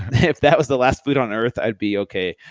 if that was the last food on earth, i'd be okay.